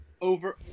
Over